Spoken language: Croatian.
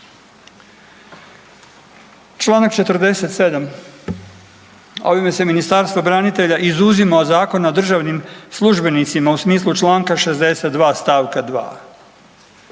Članak 47. ovime se Ministarstvo branitelja izuzima od Zakona o državnim službenicima u smislu članka 62. stavka 2.